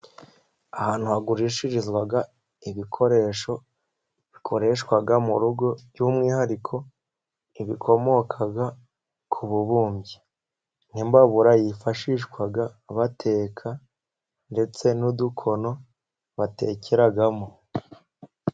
Ahantu hagurishirizwa ibikoresho bikoreshwa mu rugo, by'umwihariko ibikomoka ku bubumbyi nk'imbabura yifashishwa bateka ,ndetse n'udukono batekeramo.